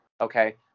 Okay